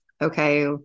Okay